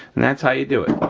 and that's how you do it.